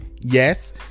Yes